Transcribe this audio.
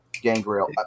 Gangrel